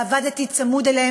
עבדתי צמוד להם.